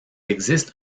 existe